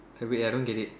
ah wait I don't get it